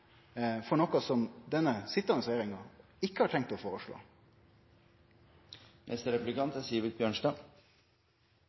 for noko som den sitjande regjeringa ikkje har tenkt å føreslå.